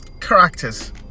characters